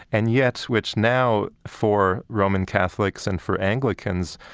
and yet which now, for roman catholics and for anglicans,